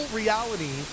reality